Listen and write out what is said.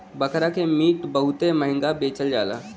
बकरा के मीट बहुते महंगा बेचल जाला